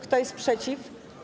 Kto jest przeciw?